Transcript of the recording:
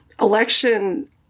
election